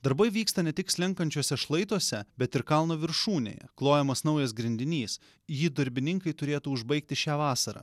darbai vyksta ne tik slenkančiuose šlaituose bet ir kalno viršūnėje klojamas naujas grindinys jį darbininkai turėtų užbaigti šią vasarą